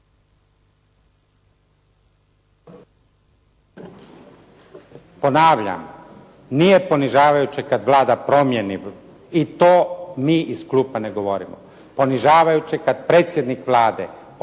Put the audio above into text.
Ponavljam, nije ponižavajuće kad Vlada promijeni i to mi iz klupa ne govorimo. Ponižavajuće je kad predsjednik Vlade optuži